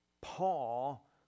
Paul